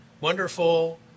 wonderful